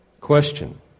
Question